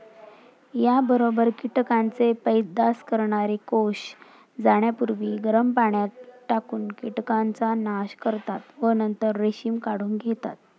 याबरोबर कीटकांचे पैदास करणारे कोष जाण्यापूर्वी गरम पाण्यात टाकून कीटकांचा नाश करतात व नंतर रेशीम काढून घेतात